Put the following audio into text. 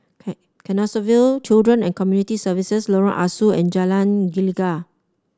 Can Canossaville Children and Community Services Lorong Ah Soo and Jalan Gelegar